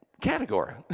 category